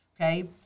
Okay